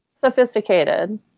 sophisticated